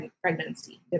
pregnancy